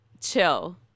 chill